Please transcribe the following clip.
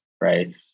right